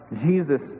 Jesus